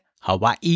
Hawaii